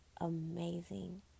amazing